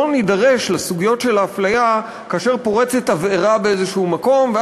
נידרש לסוגיות של האפליה כאשר פורצת תבערה במקום כלשהו,